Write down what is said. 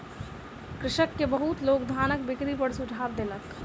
कृषक के बहुत लोक धानक बिक्री पर सुझाव देलक